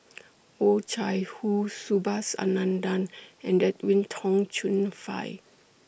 Oh Chai Hoo Subhas Anandan and Edwin Tong Chun Fai